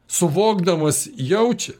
suvokdamas jaučia